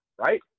right